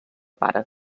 pare